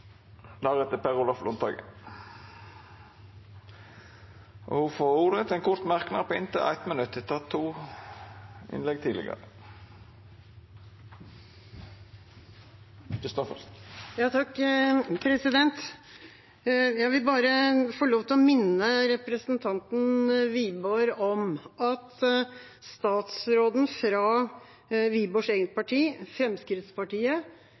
ordet to gonger tidlegare og får ordet til ein kort merknad, avgrensa til 1 minutt. Jeg vil bare få lov til å minne representanten Wiborg om at statsråden fra Wiborgs eget parti, Fremskrittspartiet,